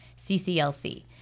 CCLC